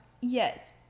Yes